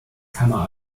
kammer